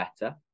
better